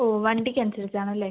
ഓ വണ്ടിക്ക് അനുസരിച്ച് ആണ് അല്ലെ